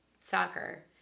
soccer